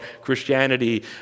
Christianity